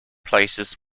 places